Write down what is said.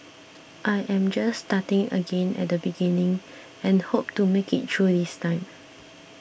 I am just starting again at the beginning and hope to make it through this time